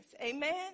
Amen